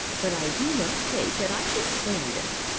but i do not think that i can stand it.